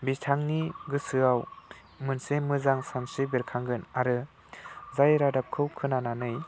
बिथांनि गोसोआव मोनसे मोजां सानस्रि बेरखांगोन आरो जाय रादाबखौ खोनानानै